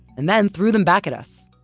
and then threw them back at us.